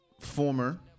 former